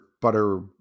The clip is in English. Butter